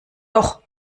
doch